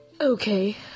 Okay